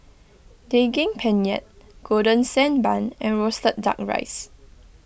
Daging Penyet Golden Sand Bun and Roasted Duck Rice